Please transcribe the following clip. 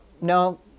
no